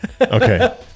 Okay